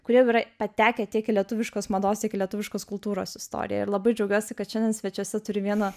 kurie jau yra patekę į lietuviškos mados tiek į lietuviškos kultūros istoriją ir labai džiaugiuosi kad šiandien svečiuose turiu vieną